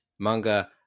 Manga